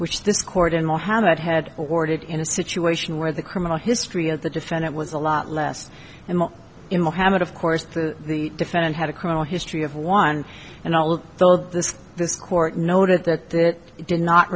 which this court in mohammed had ordered in a situation where the criminal history of the defendant was a lot less and in mohammed of course the defendant had a criminal history of one and all though this this court noted that it did not